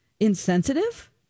insensitive